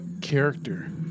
character